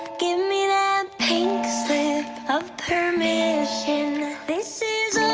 give me that pink slip of permission this is